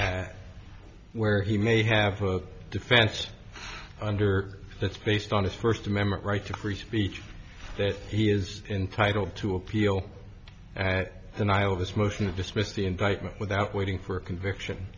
where he may have a defense under that's based on his first amendment right to free speech that he is entitled to appeal the night of this motion to dismiss the indictment without waiting for a conviction